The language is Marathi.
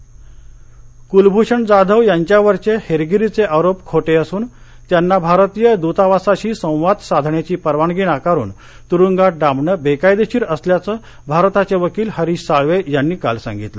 कलभषण जाधव कुलभूषण जाधव यांच्यावरचे हेरगिरीचे आरोप खोटे असून त्यांना भारतीय द्तावासाशी संवाद साधण्याची परवानगी नाकारून तुरूंगात डांबण बेकायदेशीर असल्याचं भारताचे वकील हरीश साळवे यांनी काल सांगितलं